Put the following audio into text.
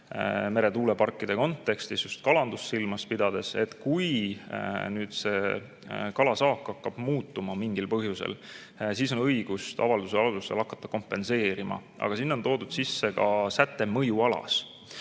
meretuuleparkide kontekstis, just kalandust silmas pidades, et kui see kalasaak hakkab muutuma mingil põhjusel, siis on õigus hakata avalduse alusel kompenseerima. Aga sinna on toodud sisse ka "mõjualas".